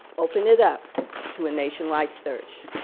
open it up to a nationwide search.